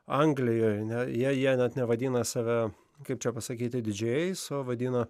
anglijoj ne jie net nevadina save kaip čia pasakyti didžėjais o vadina